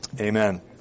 Amen